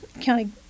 county